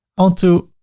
i want to